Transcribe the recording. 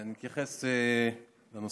אני אתייחס לנושא,